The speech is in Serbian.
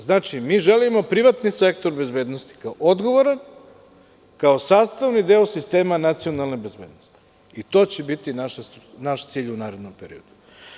Znači, mi želimo privatni sektor bezbednosti kao odgovoran, kao sastavni deo sistema nacionalne bezbednosti i to će biti naš cilj u narednom periodu.